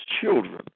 children